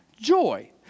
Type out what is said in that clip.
joy